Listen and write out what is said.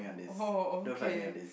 oh okay